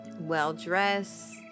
Well-dressed